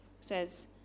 says